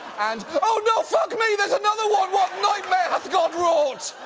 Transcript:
and, oh no, fuck me, there's another one! what nightmare hath god wrought?